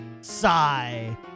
Sigh